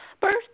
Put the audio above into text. birth